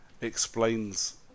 explains